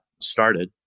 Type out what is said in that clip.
started